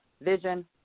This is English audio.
vision